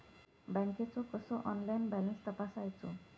बँकेचो कसो online balance तपासायचो?